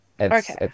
Okay